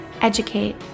educate